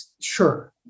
sure